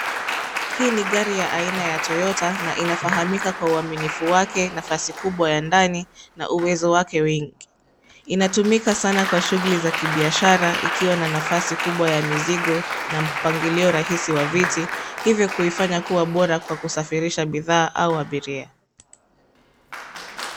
Hii ni gari ya aina ya Toyota na inafahamika kwa uaminifu wake nafasi yake kubwa ya ndani na uwezo wake wengi. Inatumika sana kwa shughuli za biashara ikiwa na nafasi kubwa ya mizigo na mpangilio rahisi wa viti hivyo kuifanya kuwa bora kusafirisha bidhaa au abiria.